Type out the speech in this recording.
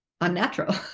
unnatural